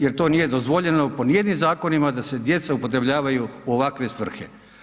Jer to nije dozvoljeno po ni jednim zakonima da se djeca upotrebljavaju u ovakve svrhe.